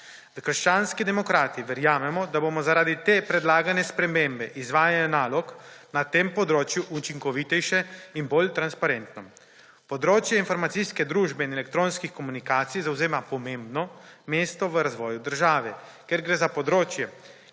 Krščanski demokrati verjamemo, da bomo zaradi te predlagane spremembe izvajanja nalog na tem področju učinkovitejše in bolj transparentno. Področje informacijske družbe in elektronskih komunikacij zavzema pomembno mesto v razvoju države, ker gre za področje,